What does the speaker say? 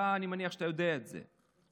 אני מניח שאתה יודע את זה,